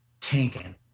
tanking